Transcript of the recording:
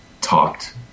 talked